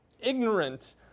ignorant